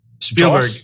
Spielberg